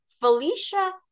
Felicia